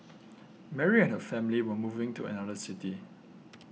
Mary and her family were moving to another city